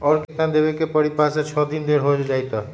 और केतना देब के परी पाँच से छे दिन देर हो जाई त?